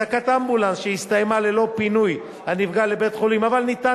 3. הזעקת אמבולנס שהסתיימה ללא פינוי הנפגע לבית-חולים אבל ניתן